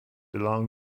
along